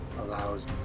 allows